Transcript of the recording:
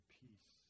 peace